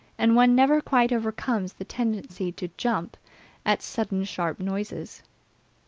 and one never quite overcomes the tendency to jump at sudden sharp noises.